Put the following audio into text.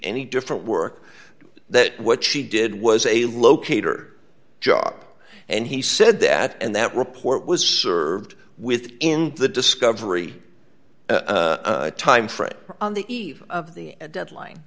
any different work that what she did was a locater job and he said that and that report was served within the discovery time frame on the eve of the deadline